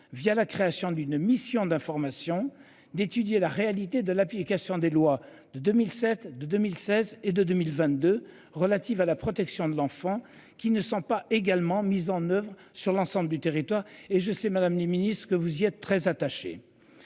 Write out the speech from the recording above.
via la création d'une mission d'information d'étudier la réalité de l'application des lois de 2007, de 2016 et de 2022 relatives à la protection de l'enfant qui ne sont pas également mise en oeuvre sur l'ensemble du territoire et je sais Madame le Ministre ce que vous y êtes très attachés.